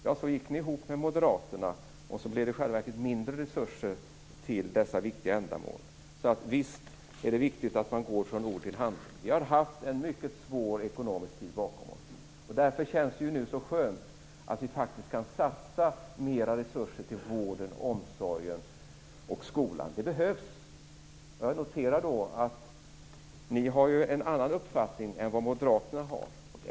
Men så gick de ihop med moderaterna, och det blev i själva verket mindre resurser till dessa viktiga saker. Visst är det viktigt att man går från ord till handling. Vi har en mycket svår tid ekonomiskt bakom oss. Därför känns det nu så skönt att vi faktiskt kan satsa mer resurser på vård, omsorg och skola. Det behövs. Jag noterar att ni kristdemokrater har en annan uppfattning än moderaterna.